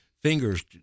fingers